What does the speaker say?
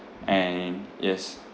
and yes